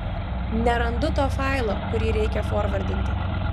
nerandu to failo kurį reikia forvardinti